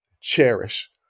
cherish